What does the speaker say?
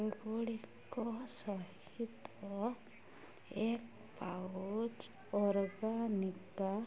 ଏଗୁଡ଼ିକ ସହିତ ଏକ୍ ପାଉଚ୍ ଅର୍ଗାନିକା